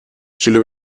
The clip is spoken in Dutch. zullen